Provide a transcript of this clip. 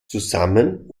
zusammen